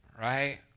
right